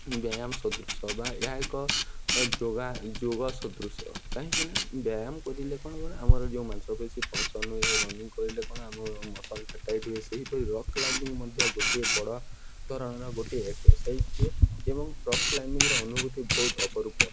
ବ୍ୟାୟାମ ସଦୃଶ୍ୟ ବା ଏହା ଏକ ଯୋଗା ଯୋଗ ସଦୃଶ୍ୟ କାହିଁକିନା ବ୍ୟାୟାମ କରିଲେ କ'ଣ ଗ ଆମର ଯେଉଁ ମାଂସପେଶୀ ଫଙ୍କସନ୍ ହୁଏ ରନିଙ୍ଗ କରଲେ କ'ଣ ଆମର ମସଲ୍ଟା ଟାଇଟ୍ ହୁଏ ସେହିପରି ରକ୍ କ୍ଲାଇମ୍ବିଙ୍ଗ ମଧ୍ୟ ଗୋଟିଏ ବଡ଼ ଧରଣର ଗୋଟିଏ ଏକ୍ସର୍ସାଇଜ୍ଟିଏ ଏବଂ ରକ୍ କ୍ଲାଇମ୍ବିଙ୍ଗର ଅନୁଭୂତି ବହୁତ ଅପରୂପ